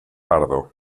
pardo